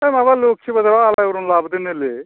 ओइ माबा लोक्षि बाजाराव आलायारन लाबोदों नोलै